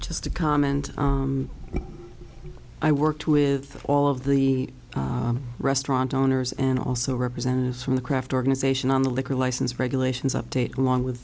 just a comment i worked with all of the restaurant owners and also representatives from the kraft organization on the liquor license regulations update along with